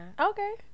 Okay